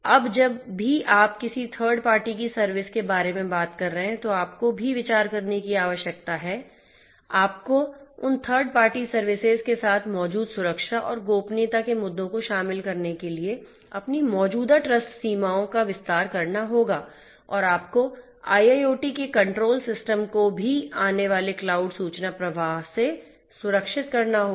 अब जब भी आप किसी थर्ड पार्टी की सर्विस के बारे में बात कर रहे हैं तो आपको भी विचार करने की आवश्यकता है आपको उन थर्ड पार्टी सर्विसेज के साथ मौजूद सुरक्षा और गोपनीयता के मुद्दों को शामिल करने के लिए अपनी मौजूदा ट्रस्ट सीमाओं का विस्तार करना होगा और आपको IIoT के कंट्रोल सिस्टम को भी आने वाले क्लाउड सूचना प्रवाह से सुरक्षित करना होगा